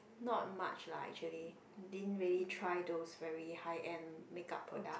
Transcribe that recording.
not much lah actually din really try those very high end makeup product